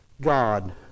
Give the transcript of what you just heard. God